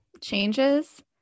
Changes